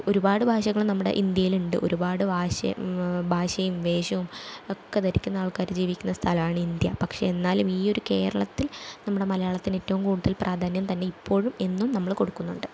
ഒരുപാട് ഭാഷകള് നമ്മുടെ ഇന്ത്യയിൽ ഉണ്ട് ഒരുപാട് ഭാഷയും ഭാഷയും വേഷവും ഒക്കെ ധരിക്കുന്ന ആൾക്കാര് ജീവിക്കുന്ന സ്ഥലമാണ് ഇന്ത്യ പക്ഷെ എന്നാലും ഈ ഒര് കേരളത്തിൽ നമ്മുടെ മലയാളത്തിന് ഏറ്റവും കൂടുതൽ പ്രാധാന്യം തന്നെ ഇപ്പോഴും എന്നും നമ്മള് കൊടുക്കുന്നുണ്ട്